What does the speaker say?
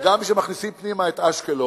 וגם כשמכניסים פנימה את אשקלון,